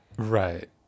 Right